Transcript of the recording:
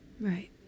Right